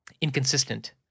Inconsistent